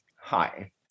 hi